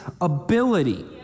ability